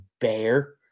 bear